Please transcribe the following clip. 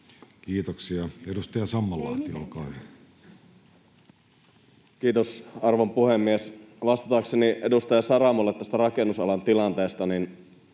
Kiitoksia. — Edustaja Sammallahti, olkaa hyvä. Kiitos, arvon puhemies! Vastatakseni edustaja Saramolle tästä rakennusalan tilanteesta: